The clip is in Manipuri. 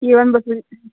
ꯏꯔꯣꯟꯕꯁꯦ